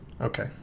Okay